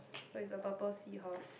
so it's a purple seahorse